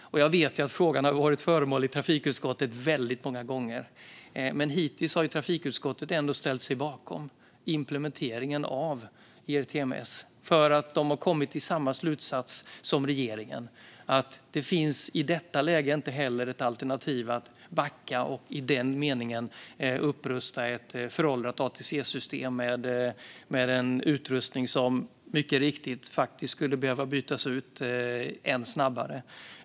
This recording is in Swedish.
Jag vet att frågan har varit uppe i trafikutskottet många gånger, men hittills har utskottet ställt sig bakom implementeringen av ERTMS därför att man har kommit till samma slutsats som regeringen, nämligen att i detta läge finns inte alternativet att backa och i den meningen upprusta ett föråldrat ATC-system med en utrustning som, mycket riktigt, skulle behöva bytas ut ännu snabbare.